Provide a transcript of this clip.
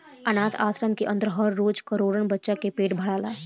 आनाथ आश्रम के अन्दर हर रोज करोड़न बच्चन के पेट भराला